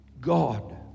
God